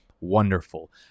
wonderful